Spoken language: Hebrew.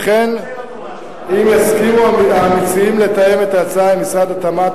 וכן אם יסכימו המציעים לתאם את ההצעה עם משרדי התמ"ת,